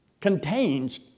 contains